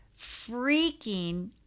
freaking